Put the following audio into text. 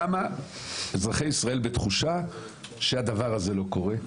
למה אזרחי ישראל בתחושה שהדבר הזה לא קורה?